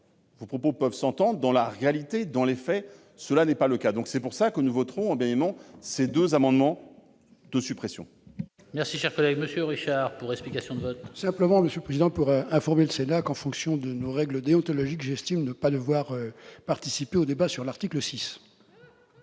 vos propos peuvent s'entendre, dans la réalité, dans les faits, cela n'est pas le cas. C'est pourquoi nous voterons ces deux amendements de suppression.